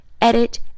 edit